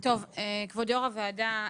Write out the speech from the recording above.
כבוד יו"ר הוועדה,